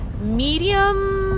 medium-